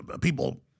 people—